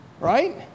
Right